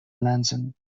lansing